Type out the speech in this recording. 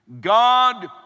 God